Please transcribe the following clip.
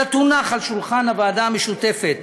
אלא תונח על שולחן הוועדה המשותפת